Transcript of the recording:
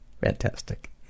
Fantastic